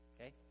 Okay